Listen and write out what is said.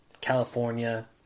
California